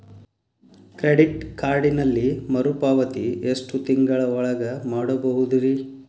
Credit ಕಾರ್ಡಿನಲ್ಲಿ ಮರುಪಾವತಿ ಎಷ್ಟು ತಿಂಗಳ ಒಳಗ ಮಾಡಬಹುದ್ರಿ?